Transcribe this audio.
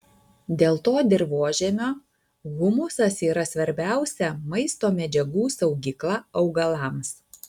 dėl to dirvožemio humusas yra svarbiausia maisto medžiagų saugykla augalams